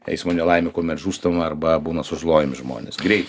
eismo nelaimių kuomet žūsta arba būna sužalojami žmonės greitis